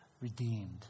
Redeemed